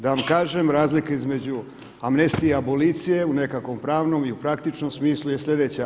Da vam kažem razlika između amnestije i abolicije u nekakvom pravnom i u praktičnom smislu je sljedeća.